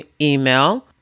email